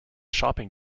shopping